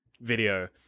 video